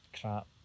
crap